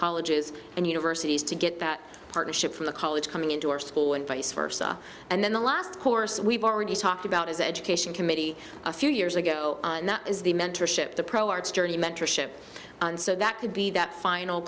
colleges and universities to get that partnership from the college coming into our school and vice versa and then the last course we've already talked about is education committee a few years ago and that is the mentorship the pro arts journey mentorship so that could be that final